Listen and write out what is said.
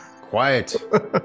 Quiet